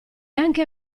anche